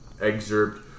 excerpt